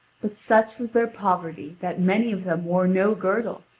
but such was their poverty, that many of them wore no girdle,